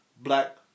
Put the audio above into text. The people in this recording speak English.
black